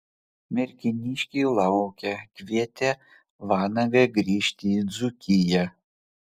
merkiniškiai laukia kvietė vanagą grįžti į dzūkiją